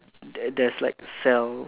there there's like cells